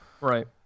Right